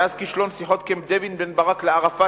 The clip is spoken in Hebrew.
מאז כישלון שיחות קמפ-דייוויד בין ברק לערפאת,